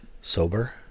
sober